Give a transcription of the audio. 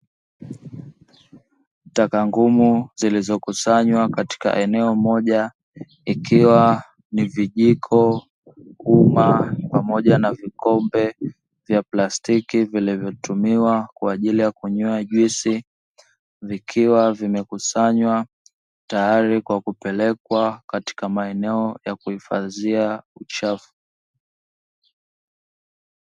Taka ngumu zilizokusanywa katika eneo moja ikiwa ni vijiko, uma pamoja na vikombe vya plastiki vilivotumiwa kwa ajili ya kunywea juisi. Vikiwa vimekusanywa tayari kwa kupelekwa katika maeneo ya kuhifadhia uchafu.